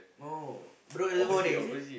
oh Bedok-Reservoir there is it